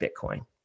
Bitcoin